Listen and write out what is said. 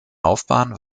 laufbahn